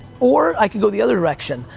or i could go the other direction,